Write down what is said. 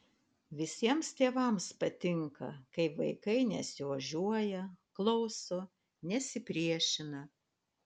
visiems tėvams patinka kai vaikai nesiožiuoja klauso nesipriešina